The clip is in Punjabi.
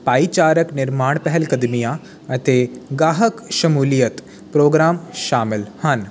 ਭਾਈਚਾਰਕ ਨਿਰਮਾਣ ਪਹਿਲਕਦਮੀਆਂ ਅਤੇ ਗਾਹਕ ਸ਼ਮੂਲੀਅਤ ਪ੍ਰੋਗਰਾਮ ਸ਼ਾਮਿਲ ਹਨ